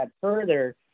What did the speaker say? further